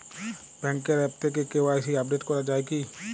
ব্যাঙ্কের আ্যপ থেকে KYC update করা যায় কি?